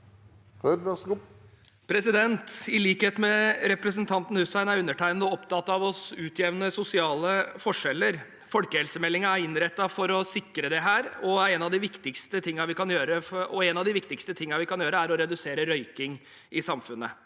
I likhet med represen- tanten Hussein er undertegnede opptatt av å utjevne sosiale forskjeller. Folkehelsemeldingen er innrettet for å sikre dette, og en av de viktigste tingene vi kan gjøre, er å redusere røyking i samfunnet.